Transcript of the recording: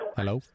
Hello